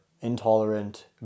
intolerant